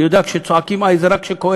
אני יודע שצועקים "איי" רק כשכואב.